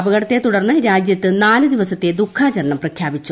അപകടത്തെ തുടർന്ന് രാജ്യത്ത് നാല് ദിവസത്തെ ദുഃഖാചരണം പ്രഖ്യാപിച്ചു